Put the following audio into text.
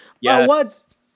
Yes